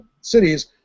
cities